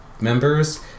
members